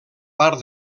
part